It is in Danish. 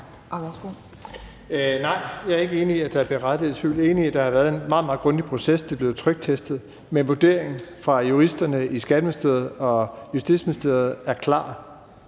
Nej, jeg er ikke enig i, at der er berettiget tvivl. Jeg er enig i, at der har været en meget, meget grundig proces. Det er blevet tryktestet. Men en vurdering fra juristerne i Skatteministeriet og Justitsministeriet er klar